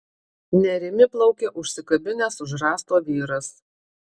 nerimi plaukia užsikabinęs už rąsto vyras